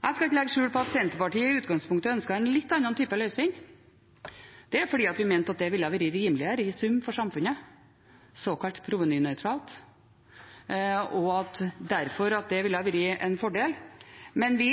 Jeg skal ikke legge skjul på at Senterpartiet i utgangspunktet ønsket en litt annen type løsning. Det er fordi vi mente at det i sum ville være rimeligere for samfunnet, såkalt provenynøytralt, og at det derfor ville vært en fordel. Vi